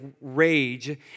rage